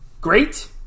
Great